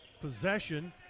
possession